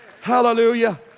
Hallelujah